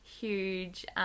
huge